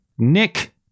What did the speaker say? Nick